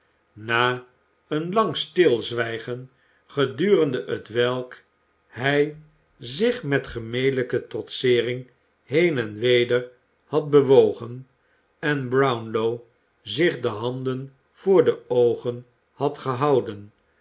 na een lang stilzwijgen gedurende hetwelk hij zich met gemelijke trotseering heen en weder had bewogen en brownlow zich de handen voor de oogen had gehouden